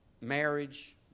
marriage